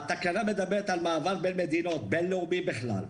התקנה מדברת על מעבר בין מדינות, בין-לאומי בכלל,